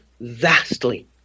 vastly